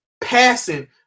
passing